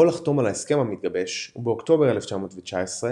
לחתום על ההסכם המתגבש ובאוקטובר 1919,